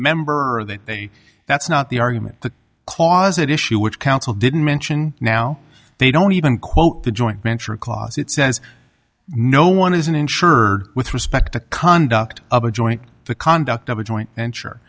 member or that they that's not the argument the cause it issue which council didn't mention now they don't even quote the joint venture clause it says no one isn't insured with respect to conduct of a joint the conduct of a joint vent